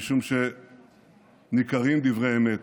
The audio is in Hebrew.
משום שניכרים דברי אמת,